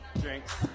Drinks